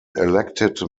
elected